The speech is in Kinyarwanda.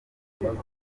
amafoto